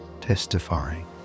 testifying